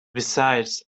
besides